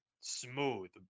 smooth